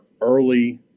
early